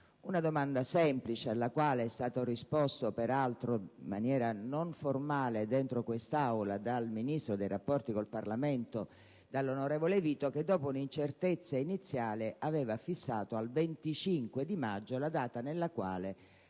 una domanda semplice alla quale è stato risposto, peraltro, in maniera non formale dentro quest'Aula dal ministro per i rapporti con il Parlamento, onorevole Vito, che, dopo un'incertezza iniziale, aveva fissato al 25 maggio la data nella quale